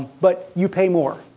but you pay more.